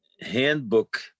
handbook